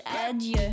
adieu